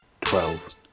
twelve